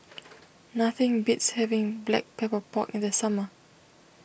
nothing beats having Black Pepper Pork in the summer